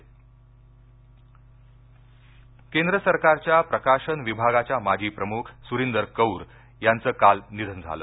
निधन केंद्र सरकारच्या प्रकाशन विभागाच्या माजी प्रमुख सुरिंदर कौर याचं काल निधन झालं